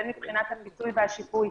והן מבחינת הכיסוי והשיפוי.